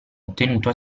ottenuto